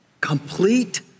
Complete